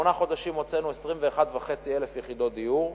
בשמונה חודשים הוצאנו 21,500 יחידות דיור.